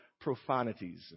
profanities